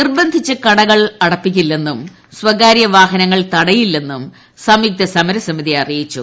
നിർബന്ധിച്ച് കടകൾ അടപ്പിക്കില്ലെന്നും സ്വകാരൃ വാഹനങ്ങൾ തടയില്ലെന്നും സംയുക്ത സമരസമിതി അറിയിച്ചു